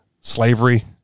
slavery